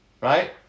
Right